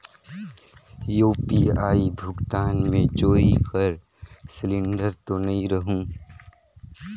UPI भुगतान मे चोरी कर सिलिंडर तो नइ रहु?